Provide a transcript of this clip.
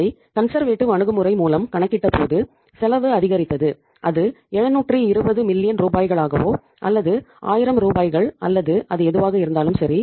இதை கன்சர்வேட்டிவ் ரூபாய்கலாகவோ அல்லது 1000 ரூபாய்கள் அல்லது அது எதுவாக இருந்தாலும் சரி